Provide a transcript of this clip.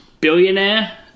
billionaire